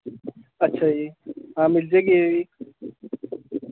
ਅੱਛਾ ਜੀ ਹਾਂ ਮਿਲ ਜੇਗੀ ਇਹ ਹੀ